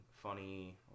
funny